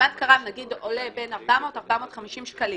מד כארם עולה בין 400, 450 שקלים.